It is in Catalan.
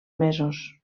mesos